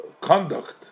conduct